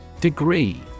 Degree